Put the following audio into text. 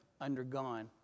undergone